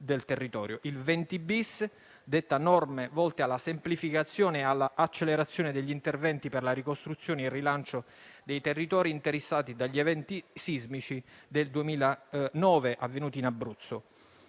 20-*bis* detta norme volte alla semplificazione e all'accelerazione degli interventi per la ricostruzione e il rilancio dei territori interessati dagli eventi sismici del 2009 avvenuti in Abruzzo.